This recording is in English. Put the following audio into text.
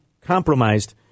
compromised